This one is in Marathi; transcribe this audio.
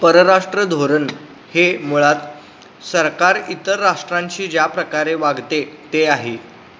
परराष्ट्र धोरण हे मुळात सरकार इतर राष्ट्रांशी ज्याप्रकारे वागते ते आहे